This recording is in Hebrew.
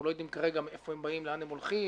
אנחנו לא יודעים כרגע מאיפה הם באים ולאן הולכים.